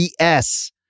BS